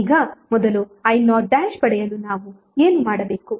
ಈಗ ಮೊದಲು i0 ಪಡೆಯಲು ನಾವು ಏನು ಮಾಡಬೇಕು